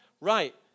Right